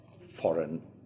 foreign